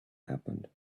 happened